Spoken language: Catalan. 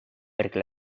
perquè